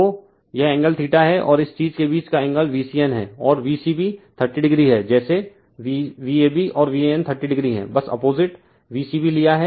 तो यह एंगल θ है और इस चीज़ के बीच का एंगल VCN है और V c b 30o है जैसे Vab और VAN 30o है बस अपोजिट V c b लिया है